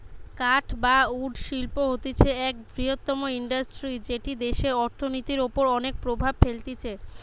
কাঠ বা উড শিল্প হতিছে এক বৃহত্তম ইন্ডাস্ট্রি যেটি দেশের অর্থনীতির ওপর অনেক প্রভাব ফেলতিছে